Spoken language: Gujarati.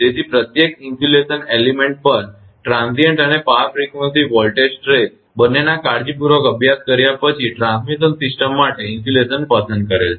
તેથી પ્રત્યેક ઇન્સ્યુલેશન એલીમેન્ટ પર ટ્રાંઝિઇંટ અને પાવર ફ્રિકવંસી વોલ્ટેજ સ્ટ્રેસ બંનેના કાળજીપૂર્વક અભ્યાસ કર્યા પછી ટ્રાન્સમિશન સિસ્ટમ માટે ઇન્સ્યુલેશન પસંદ કરેલ છે